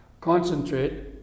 concentrate